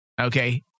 Okay